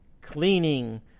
cleaning